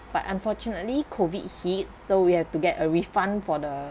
but unfortunately COVID hit so we have to get a refund for the